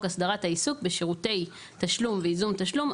הסדרת העיסוק בשירותי תשלום וייזום תשלום,